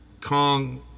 Kong